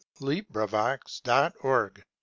LibriVox.org